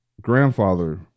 grandfather